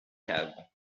cave